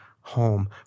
home